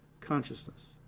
consciousness